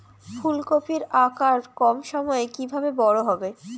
ফুলকপির আকার কম সময়ে কিভাবে বড় হবে?